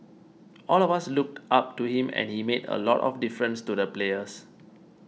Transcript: all of us looked up to him and he made a lot of difference to the players